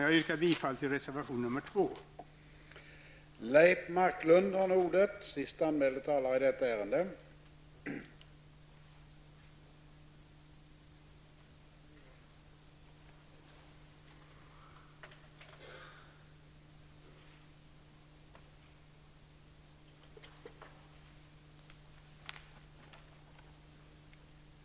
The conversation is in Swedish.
Jag yrkar bifall till reservation nr 2.